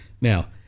Now